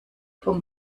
vom